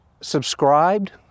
subscribed